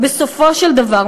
בסופו של דבר,